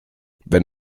wenn